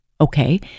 Okay